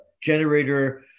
generator